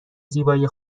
زیبایی